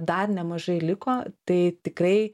dar nemažai liko tai tikrai